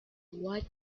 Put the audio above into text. what